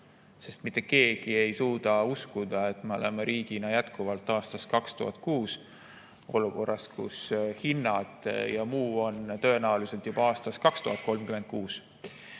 Mitte keegi ei suuda uskuda, et me oleme riigina jätkuvalt aastas 2006, ja seda olukorras, kus hinnad ja muu on tõenäoliselt juba aastas 2036.Ehk